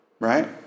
Right